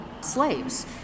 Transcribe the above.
slaves